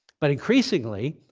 but increasingly,